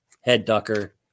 head-ducker